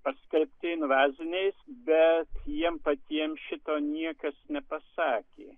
paskelbti invaziniais bet jiem patiem šito niekas nepasakė